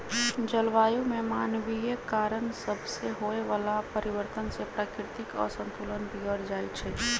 जलवायु में मानवीय कारण सभसे होए वला परिवर्तन से प्राकृतिक असंतुलन बिगर जाइ छइ